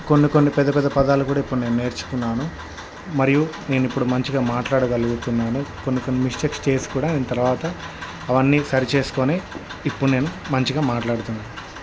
కొన్ని కొన్ని పెద్ద పెద్ద పదాలు కూడా ఇప్పుడు నేను నేర్చుకున్నాను మరియు నేను ఇప్పుడు మంచిగా మాట్లాడగలుగుతున్నాను కొన్ని కొన్ని మిస్టేక్స్ చేసి కూడా నేను తరువాత అవన్నీ సరిచేసుకొని ఇప్పుడు నేను మంచిగా మాట్లాడుతున్నాను